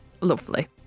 Lovely